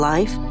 Life